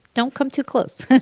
don't come too close